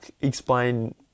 Explain